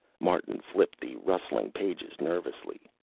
martin flipped the rustling pages nervously.